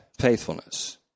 faithfulness